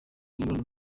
imibonano